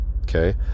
okay